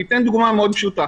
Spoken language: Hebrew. אני אתן דוגמה מאוד פשוטה.